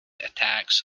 attacks